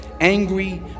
angry